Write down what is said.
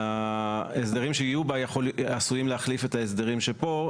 ההסדרים שיהיו בה עשויים להחליף את ההסדרים כאן,